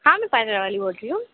ہاں میں پارلر والی بول رہی ہوں